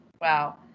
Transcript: Wow